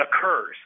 occurs